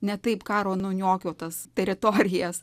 ne taip karo nuniokotas teritorijas